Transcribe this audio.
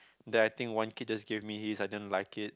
then I think one kid just gave me his I didn't like it